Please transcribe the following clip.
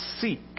seek